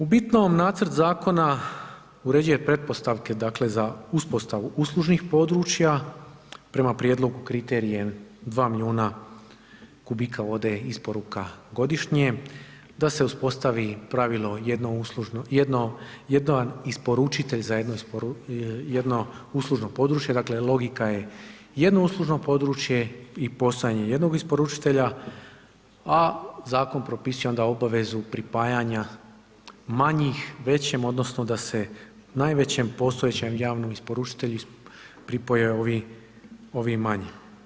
U bitnom, nacrt Zakona uređuje pretpostavke, dakle za uspostavu uslužnih područja prema prijedlogu kriterijem dva milijuna kubika vode isporuka godišnje, da se uspostavi pravilo jedno uslužno, jedno, jedan isporučitelj za jedno uslužno područje, dakle logika je, jedno uslužno područje i ... jednog isporučitelja, a Zakon propisuje onda obavezu pripajanja manjih većem, odnosno da se najvećem postojećem javnom isporučitelju pripoje ovi, ovi manji.